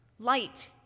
Light